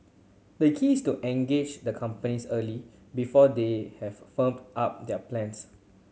the key is to engage the companies early before they have firmed up their plans